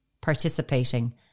participating